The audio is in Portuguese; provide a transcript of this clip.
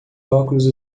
óculos